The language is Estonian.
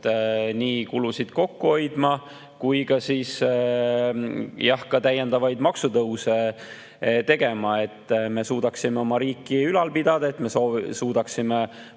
kulusid kokku hoidma ja täiendavaid maksutõuse tegema, et me suudaksime oma riiki ülal pidada, et me suudaksime